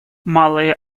малые